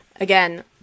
Again